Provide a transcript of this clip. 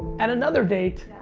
and another date,